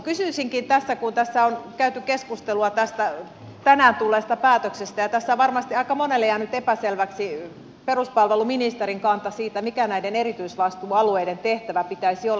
kysyisinkin tässä kun tässä on käyty keskustelua tästä tänään tulleesta päätöksestä ja tässä on varmasti aika monelle jäänyt epäselväksi peruspalveluministerin kanta siitä mikä näiden erityisvastuualueiden tehtävä pitäisi olla